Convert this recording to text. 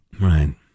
Right